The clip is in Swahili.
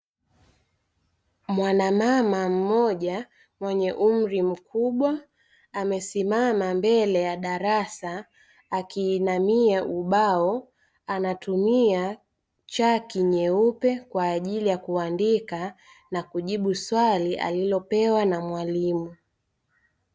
Mwanamama mmoja mwenye umri mkubwa amesimama mbele ya darasa, akiinamia ubao anatumia chaki nyeupe kwa ajili ya kuandika na kujibu swali alilopewa na mwalimu.